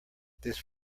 this